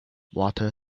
water